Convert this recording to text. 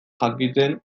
jakiten